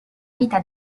vita